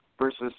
versus